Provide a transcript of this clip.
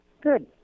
Good